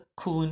Kun